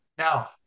Now